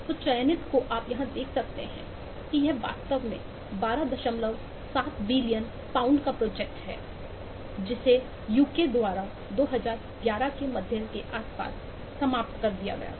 तो चयनित को आप यहाँ देख सकते हैं कि यह वास्तव में 127 बिलियन पाउंड का प्रोजेक्ट है जिसे यूके द्वारा 2011 के मध्य के आसपास समाप्त कर दिया गया था